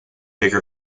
bigger